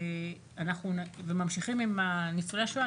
ממשיכים עם ניצולי השואה.